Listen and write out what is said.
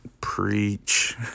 Preach